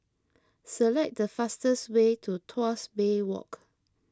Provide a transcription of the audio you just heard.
select the fastest way to Tuas Bay Walk